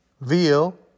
Veal